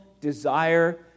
desire